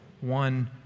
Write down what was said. one